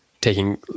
taking